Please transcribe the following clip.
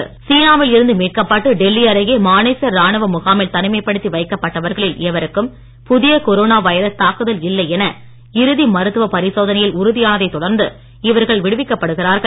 corona சீனாவில் இருந்து மீட்கப்பட்டு டெல்லி அருகே மானேசர் ராணுவ முகாமில் தனிமைப்படுத்தி வைக்கப்பட்டவர்களில் எவருக்கும் புதிய கொரோனா வைரஸ் தாக்குதல் இல்லை என இறுதி மருத்துவ பரிசோதனையில் உறுதியானதைத் தொடர்ந்து இவர்கள் விடுவிக்கப்படுகிறார்கள்